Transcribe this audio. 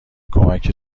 کمک